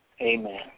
Amen